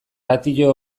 ratio